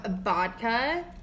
Vodka